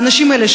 האנשים האלה,